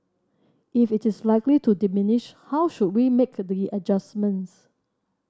if it is likely to diminish how should we make the adjustments